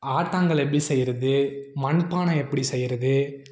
ஆட்டாங்கல் எப்படி செய்கிறது மண்பானை எப்படி செய்கிறது